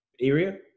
area